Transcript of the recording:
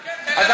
אז כן, תרד.